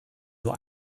nur